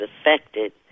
affected